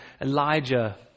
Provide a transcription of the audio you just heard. elijah